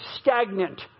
stagnant